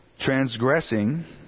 Transgressing